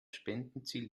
spendenziel